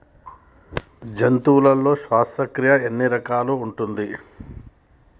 జంతువులలో శ్వాసక్రియ ఎన్ని రకాలు ఉంటది?